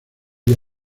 día